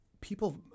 people